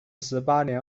十八年